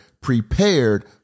prepared